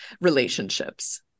relationships